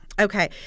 okay